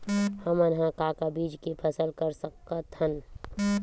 हमन ह का का बीज के फसल कर सकत हन?